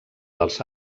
dels